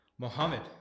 Mohammed